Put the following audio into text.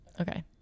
okay